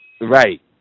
Right